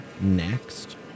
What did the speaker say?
Next